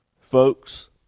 Folks